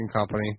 company